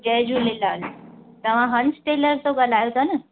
जय झूलेलाल तव्हां हंस टेलर था ॻाल्हायो था न